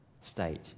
state